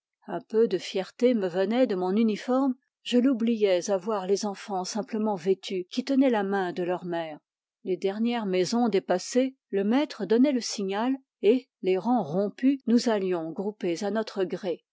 un peu de fierté me venait de mon uniforme je l'oubliais à voir les enfants simplement vêtus qui tenaient la main de leur mère les dernières maisons dépassées le maître donnait le signal et les rangs rompus nous allions groupés à notre gré